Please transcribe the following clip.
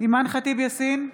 אימאן ח'טיב יאסין,